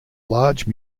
large